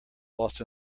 lost